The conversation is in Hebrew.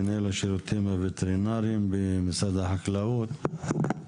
מנהל השירותים הווטרינריים במשרד החקלאות.